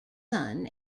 son